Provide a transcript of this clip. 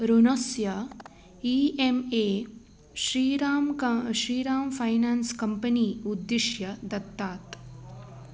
ऋणस्य E M A Shriram का Shriram finance company उद्दिश्य दत्तात्